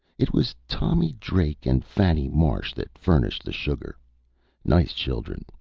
it was tommy drake and fanny marsh that furnished the sugar nice children,